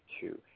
two